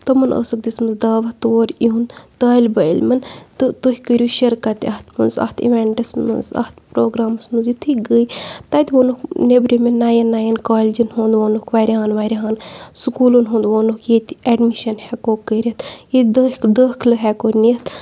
تِمَن ٲسٕکھ دِژمٕژ دعوت تور ایُہُنٛد طالبہٕ علمَن تہٕ تُہۍ کٔرِو شِرکَت تہِ اَتھ منٛز اَتھ اِوٮ۪نٛٹَس منٛز اَتھ پرٛوگرامَس منٛز یُتھُے گٔے تَتہِ ووٚنُکھ نیٚبرِمٮ۪ن نَیَن نَیَن کالجَن ہُنٛد ووٚنُکھ واریاہَن واریاہَن سکوٗلَن ہُنٛد ووٚنُکھ ییٚتہِ اٮ۪ڈمِشَن ہٮ۪کو کٔرِتھ ییٚتہِ دٲخ دٲخلہٕ ہٮ۪کو نِتھ